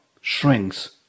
shrinks